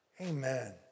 Amen